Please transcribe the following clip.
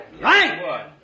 Right